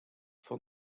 for